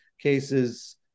cases